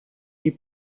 les